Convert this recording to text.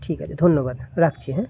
ঠিক আছে ধন্যবাদ রাখছি হ্যাঁ